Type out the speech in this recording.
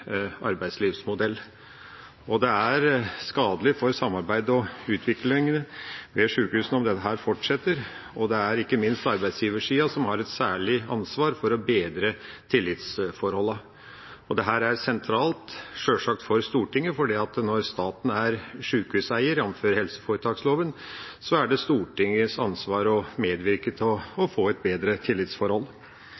arbeidslivsmodell. Det er skadelig for samarbeidet og utviklingen i sykehusene om dette fortsetter, og ikke minst arbeidsgiversiden har et særlig ansvar for å bedre tillitsforholdet. Dette er sjølsagt sentralt for Stortinget, for når staten er sykehuseier, jf. helseforetaksloven, er det Stortingets ansvar å medvirke til å